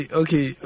okay